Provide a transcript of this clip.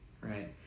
right